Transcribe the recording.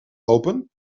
open